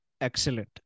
excellent